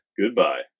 Goodbye